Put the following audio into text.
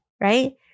right